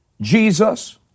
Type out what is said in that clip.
Jesus